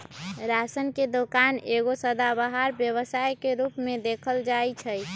ration के दोकान एगो सदाबहार व्यवसाय के रूप में देखल जाइ छइ